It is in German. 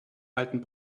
alten